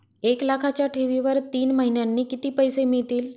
एक लाखाच्या ठेवीवर तीन महिन्यांनी किती पैसे मिळतील?